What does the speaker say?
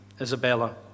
Isabella